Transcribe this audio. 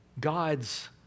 God's